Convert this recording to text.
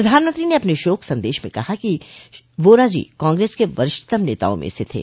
प्रधानमंत्री ने अपने शोक संदेश में कहा कि वोरा जी कांग्रेस के वरिष्ठतम नेताओं में से थे